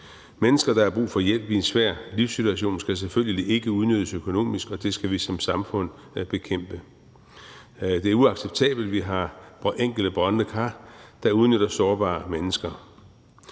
Mennesker, der har brug for hjælp i en svær livssituation, skal selvfølgelig ikke udnyttes økonomisk, og det skal vi som samfund bekæmpe. Det er uacceptabelt, at vi har enkelte brodne kar, der udnytter sårbare mennesker.